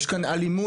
יש כאן אלימות,